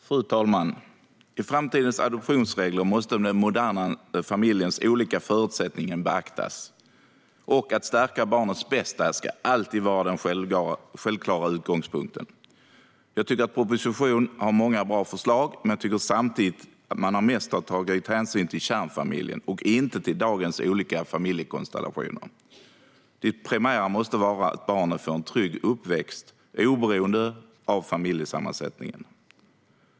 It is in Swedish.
Fru talman! I framtidens adoptionsregler måste den moderna familjens olika förutsättningar beaktas. Att stärka barnets bästa ska alltid vara den självklara utgångspunkten. Propositionen har många bra förslag, men jag tycker samtidigt att man mest har tagit hänsyn till kärnfamiljen och inte till dagens olika familjekonstellationer. Det primära måste vara att barnet får en trygg uppväxt oberoende av familjesammansättningen.